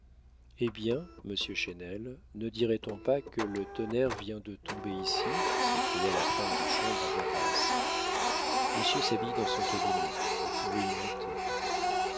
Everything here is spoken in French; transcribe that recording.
eh bien monsieur chesnel ne dirait-on pas que le tonnerre vient de tomber ici s'écria la femme de chambre à voix basse monsieur s'habille dans son cabinet vous pouvez y monter